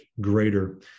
greater